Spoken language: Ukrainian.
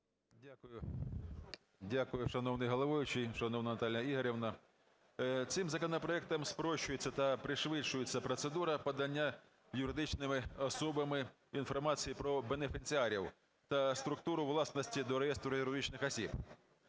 Дякую, шановний головуючий, шановна Наталія Ігорівна. Цим законопроектом спрощується та пришвидшується процедура подання юридичними особами інформації про бенефіціарів та структуру власності до реєстру юридичних осіб.